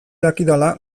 dakidala